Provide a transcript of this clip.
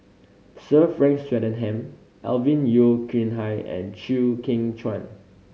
Sir Frank Swettenham Alvin Yeo Khirn Hai and Chew Kheng Chuan